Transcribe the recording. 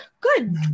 Good